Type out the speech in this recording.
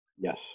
Yes